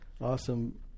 awesome